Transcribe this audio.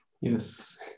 Yes